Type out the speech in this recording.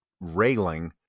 railing